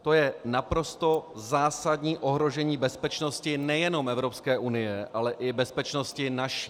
To je naprosto zásadní ohrožení bezpečnosti nejenom Evropské unie, ale i bezpečnosti naší.